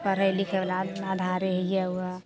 पढ़ै लिखैवला आदमी आधा रहिए वएह